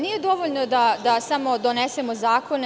Nije dovoljno da samo donesemo zakone.